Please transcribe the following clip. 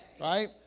Right